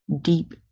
deep